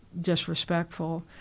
disrespectful